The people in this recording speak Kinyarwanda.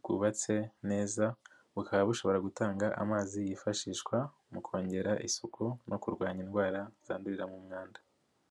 bwubatse neza, bukaba bushobora gutanga amazi yifashishwa mu kongera isuku no kurwanya indwara zandurira mu mwanda.